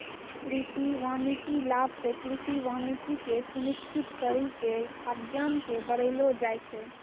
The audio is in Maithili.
कृषि वानिकी लाभ से कृषि वानिकी के सुनिश्रित करी के खाद्यान्न के बड़ैलो जाय छै